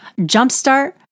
jumpstart